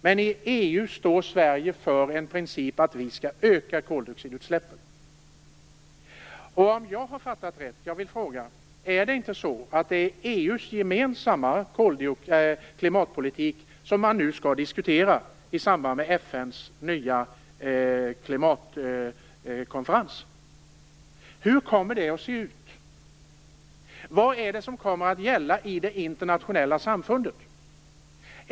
Men i EU står Sverige för principen att vi skall öka koldioxidutsläppen. Jag vill nu fråga om jag har fattat rätt. Är det inte EU:s gemensamma klimatpolitik som man skall diskutera i samband med FN:s nya klimatkonferens? Hur kommer det att se ut? Vad kommer att gälla i det internationella samfundet?